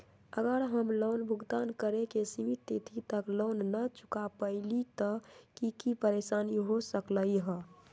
अगर हम लोन भुगतान करे के सिमित तिथि तक लोन न चुका पईली त की की परेशानी हो सकलई ह?